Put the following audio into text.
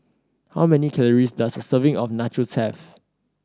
how many calories does a serving of Nachos have